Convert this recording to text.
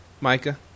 Micah